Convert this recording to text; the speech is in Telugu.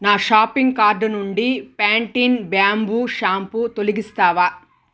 నా షాపింగ్ కార్డ్ నుండి ప్యాంటీన్ బ్యాంబూ షాంపూ తొలగిస్తావా